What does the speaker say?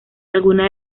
alguna